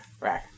Right